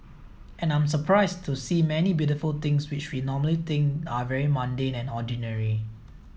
and I'm surprised to see many beautiful things which we normally think are very mundane and ordinary